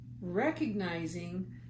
recognizing